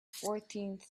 fourteenth